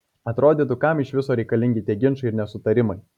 atrodytų kam iš viso reikalingi tie ginčai ir nesutarimai